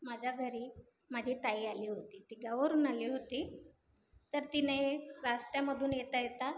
माझ्या घरी माझी ताई आली होती ती गावावरून आली होती तर तिने रस्त्यामधून येता येता